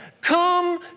come